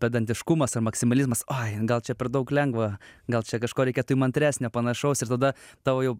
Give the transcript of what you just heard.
pedantiškumas ar maksimalizmas oi gal čia per daug lengva gal čia kažko reikėtų įmantresnio panašaus ir tada tavo jau